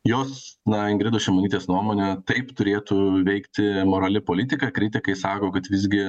jos na ingridos šimonytės nuomone taip turėtų veikti amorali politika kritikai sako kad visgi